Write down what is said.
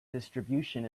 distribution